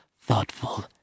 thoughtful